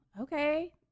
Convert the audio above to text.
Okay